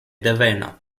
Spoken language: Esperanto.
deveno